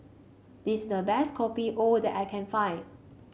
this the best Kopi O that I can find